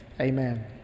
Amen